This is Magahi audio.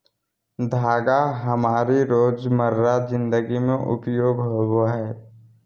धागा हमारी रोजमर्रा जिंदगी में उपयोगी होबो हइ